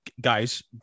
guys